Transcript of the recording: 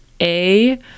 A-